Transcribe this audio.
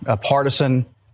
partisan